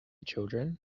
children